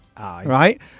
Right